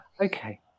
Okay